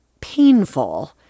painful